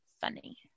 funny